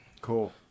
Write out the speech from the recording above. Cool